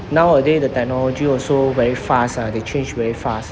nowaday the technology also very fast ah they change very fast